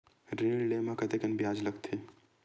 ऋण ले म कतेकन ब्याज लगथे?